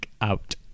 out